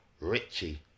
Richie